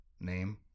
name